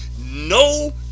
no